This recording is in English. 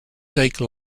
take